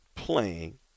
Playing